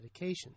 medications